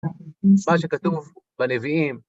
מה שכתוב בנביאים.